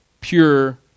pure